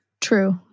True